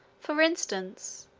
for instance,